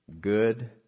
good